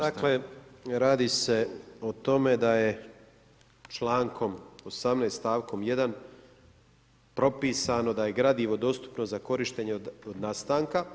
Dakle radi se o tome da je člankom 18. stavkom 1. propisano da je gradivo dostupno za korištenje od nastanka.